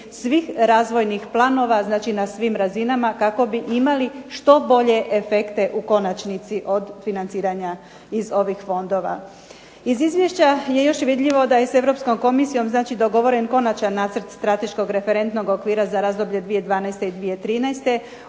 svih razvojnih planova, znači na svim razinama, kako bi imali što bolje efekte u konačnici od financiranja iz ovih fondova. Iz izvješća je još vidljivo da je s Europskom Komisijom znači dogovoren konačan nacrt strateškog referentnog okvira za razdoblje 2012. i 2013.